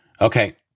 Okay